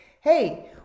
hey